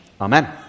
Amen